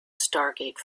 stargate